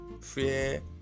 fear